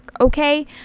okay